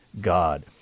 God